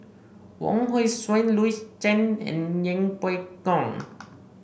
Wong Hong Suen Louis Chen and Yeng Pway Ngon